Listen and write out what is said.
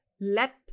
let